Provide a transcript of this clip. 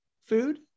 food